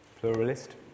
Pluralist